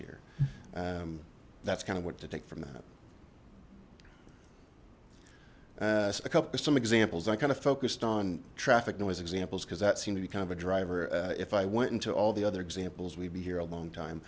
here that's kind of what to take from that a couple of some examples i kind of focused on traffic noise examples because that seen any kind of a driver if i went into all the other examples we'd be here a long time